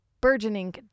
burgeoning